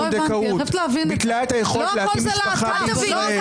לא הכול זה להט"ב.